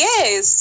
Yes